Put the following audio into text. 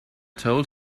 told